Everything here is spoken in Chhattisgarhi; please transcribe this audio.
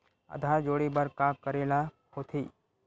आधार जोड़े बर का करे ला होथे?